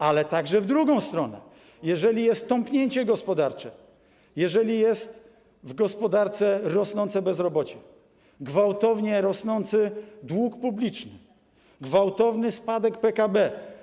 Ale także w drugą stronę: jeżeli jest tąpnięcie gospodarcze, jeżeli jest w gospodarce rosnące bezrobocie, gwałtownie rosnący dług publiczny, gwałtowny spadek PKB.